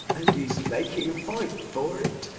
and is making a fight for it.